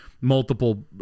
multiple –